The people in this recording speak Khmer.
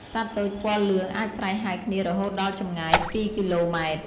សត្វទោចថ្ពាល់លឿងអាចស្រែកហៅគ្នារហូតដល់ចម្ងាយពីរគីឡូម៉ែត្រ។